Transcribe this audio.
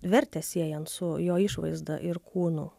vertę siejant su jo išvaizda ir kūnu